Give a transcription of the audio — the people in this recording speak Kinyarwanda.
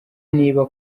niba